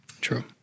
True